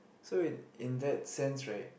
so in in that sense right